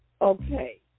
Okay